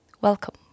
Welcome